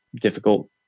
difficult